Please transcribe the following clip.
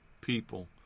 people